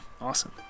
awesome